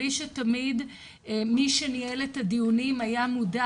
בלי שתמיד מי שניהל את הדיונים היה מודע